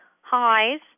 highs